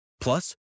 plus